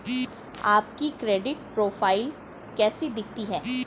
आपकी credit profile कैसी दिखती है?